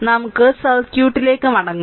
നമുക്ക് സർക്യൂട്ടിലേക്ക് മടങ്ങാം